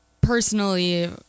personally